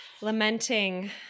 lamenting